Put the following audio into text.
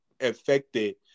affected